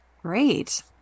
Great